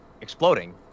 exploding